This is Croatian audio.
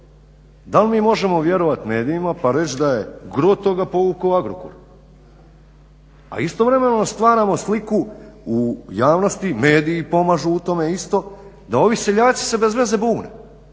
Da li mi možemo vjerovati medijima pa reći da je gro toga povukao Agrocor, a istovremeno stvaramo sliku u javnosti, mediji pomažu u tome isto, da ovi seljaci se bez veze bune,